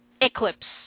Eclipse